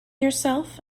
yourself